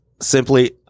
simply